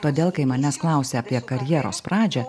todėl kai manęs klausia apie karjeros pradžią